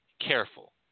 careful